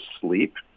sleep